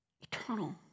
Eternal